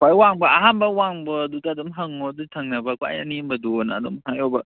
ꯈ꯭ꯋꯥꯏ ꯋꯥꯡꯕ ꯑꯍꯥꯟꯕ ꯋꯥꯡꯕ ꯑꯗꯨꯗ ꯑꯗꯨꯝ ꯍꯪꯉꯣ ꯑꯗꯨꯒ ꯊꯪꯅꯕ ꯈ꯭ꯋꯥꯏ ꯑꯅꯦꯝꯕꯗꯨ ꯍꯥꯏꯅ ꯑꯗꯨꯝ ꯍꯥꯏꯌꯣꯕ